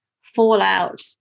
fallout